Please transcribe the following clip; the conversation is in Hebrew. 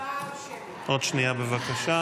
עידן רול, יוראי להב הרצנו,